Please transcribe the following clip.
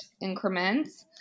increments